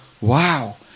Wow